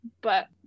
But-